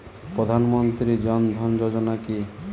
প্রধান মন্ত্রী জন ধন যোজনা কি?